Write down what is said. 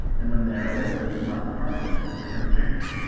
and when they are old they will not depart from it, if they have a chance.